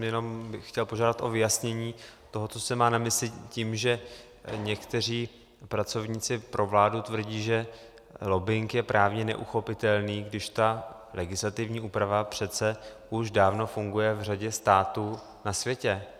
Jenom bych chtěl požádat o vyjasnění toho, co se má na mysli tím, že někteří pracovníci pro vládu tvrdí, že lobbing je právně neuchopitelný, když ta legislativní úprava přece už dávno funguje v řadě států na světě.